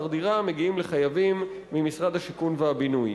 דירה המגיעים לחייבים ממשרד השיכון והבינוי.